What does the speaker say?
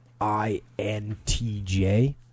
INTJ